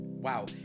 wow